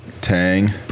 Tang